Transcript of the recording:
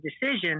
decision